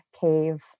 cave